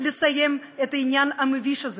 לסיים את העניין המביש הזה,